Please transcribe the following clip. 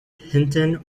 hinton